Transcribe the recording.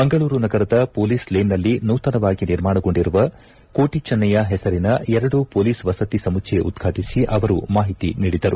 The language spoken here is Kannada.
ಮಂಗಳೂರು ನಗರದ ಪೊಲೀಸ್ಲೇನ್ನಲ್ಲಿ ನೂತನವಾಗಿ ನಿರ್ಮಾಣಗೊಂಡಿರುವ ಕೋಟಿ ಚೆನ್ನಯ ಹೆಸರಿನ ಎರಡು ಪೊಲೀಸ್ ವಸತಿ ಸಮುಚ್ಧಯ ಉದ್ಘಾಟಿಸಿ ಅವರು ಮಾಹಿತಿ ನೀಡಿದರು